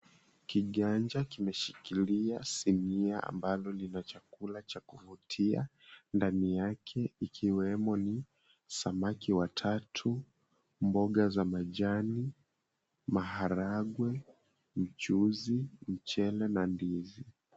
Kiganja kimeshikilia sinia ambalo lina chakula cha kuvutia, ndani yake ikiwemo samaki watatu, mboga za majani, maharagwe, mchuzi, mchele na ndizi.